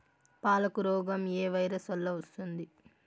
పాలకు రోగం ఏ వైరస్ వల్ల వస్తుంది?